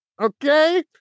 okay